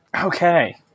Okay